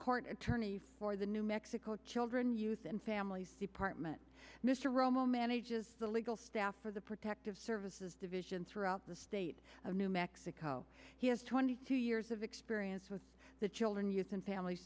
court attorney for the new mexico children youth and families department mr romo manages the legal staff for the protective services division throughout the state of new mexico he has twenty two years of experience with the children youth and families